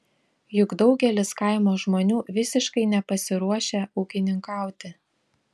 juk daugelis kaimo žmonių visiškai nepasiruošę ūkininkauti